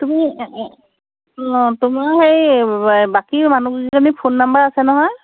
তুমি অঁ তোমাৰ সেই বাকী মানুহকেইজনী ফোন নম্বৰ আছে নহয়